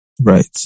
Right